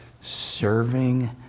serving